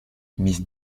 miss